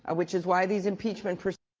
ah which is why these impeachment.